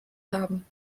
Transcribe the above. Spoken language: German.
haben